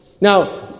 Now